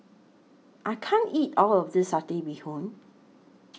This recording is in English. I can't eat All of This Satay Bee Hoon